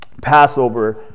Passover